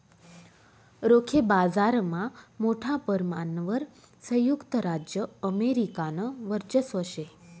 रोखे बाजारमा मोठा परमाणवर संयुक्त राज्य अमेरिकानं वर्चस्व शे